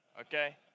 okay